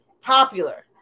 Popular